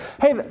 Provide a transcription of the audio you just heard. hey